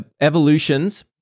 Evolutions